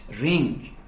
ring